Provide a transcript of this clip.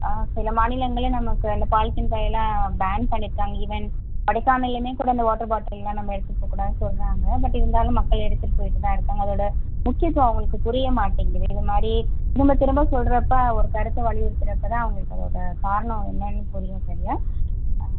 ஆ சில மாநிலங்களில் நம்ம சில பாலித்தீன் பையெலாம் பேண்ட் பண்ணியிருக்காங்க ஈவன் கொடைக்கானல்லே யுமே கூட இந்த வாட்டர் பாட்டிலெலாம் நம்ம எடுத்துகிட்டு போககூடாதுன்னு சொல்கிறாங்க பட் இருந்தாலும் மக்கள் எடுத்துகிட்டு போயிட்டு தான் இருக்காங்க அதோடய முக்கியத்துவம் அவங்களுக்கு புரியமாட்டேங்குது இதுமாதிரி திரும்ப திரும்ப சொல்கிறப்ப ஒரு கருத்தை வழியுறுத்துகிறப்ப தான் அவங்களுக்கு அதோடய காரணம் என்னென்னு புரியும் சரியா ஆ